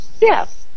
yes